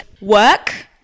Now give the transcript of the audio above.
work